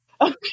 Okay